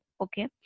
okay